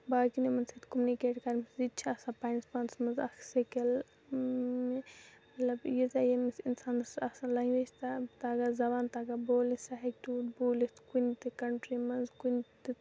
باقٮ۪ن یِمَن سۭتۍ کومِنِکیٚٹ کَرنَس یہِ تہِ چھِ آسان پَننِس پانَس مَنز اَکھ سِکِل مطلب ییٖژاہ ییٚمِس اِنسانَس اصل لٮ۪نگویج تہ تگان زبان تَگان بولٕنۍ سُہ ہیکہِ تیوٗت بوٗلِتھ کُنہِ تہِ کَنٹری مَنز کُنہِ تہِ